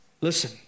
Listen